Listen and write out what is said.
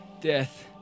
death